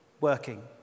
working